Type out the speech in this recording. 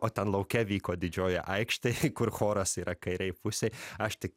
o ten lauke vyko didžioji aikštė kur choras yra kairėj pusė aš tik